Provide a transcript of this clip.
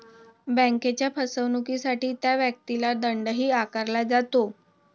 बँकेच्या फसवणुकीसाठी त्या व्यक्तीला दंडही आकारला जातो